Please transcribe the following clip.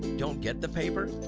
don't get the paper?